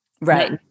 Right